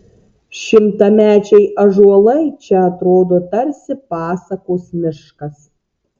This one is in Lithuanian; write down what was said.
šimtamečiai ąžuolai čia atrodo tarsi pasakos miškas